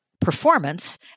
performance